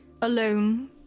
alone